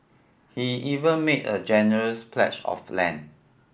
he even made a generous pledge of land